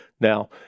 Now